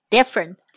Different